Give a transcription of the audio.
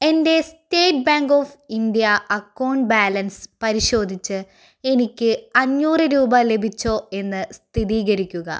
എൻ്റെ state bank of India account balance പരിശോധിച്ച് എനിക്ക് അഞ്ഞൂറ് രൂപ ലഭിച്ചോ എന്ന് സ്ഥിരീകരിക്കുക